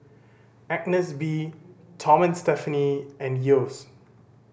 Agnes B Tom and Stephanie and Yeo's